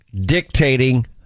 dictating